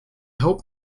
hope